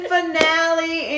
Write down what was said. Finale